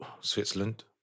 Switzerland